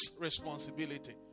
responsibility